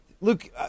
Luke